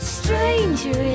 stranger